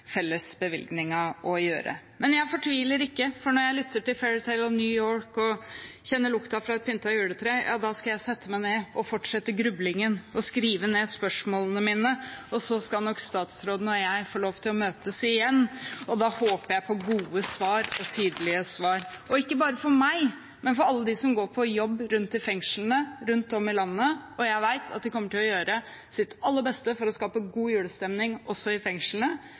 felles bevilgningen å gjøre. Men jeg fortviler ikke, for når jeg lytter til Fairytale of New York og kjenner lukten av et pyntet juletre, skal jeg sette meg ned og fortsette grublingen og skrive ned spørsmålene mine. Så skal nok statsråden og jeg få lov til å møtes igjen, og da håper jeg på gode svar og tydelige svar, ikke bare for meg, men for alle dem som går på jobb i fengslene rundt om i landet. Jeg vet at de kommer til å gjøre sitt aller beste for å skape god julestemning også i fengslene.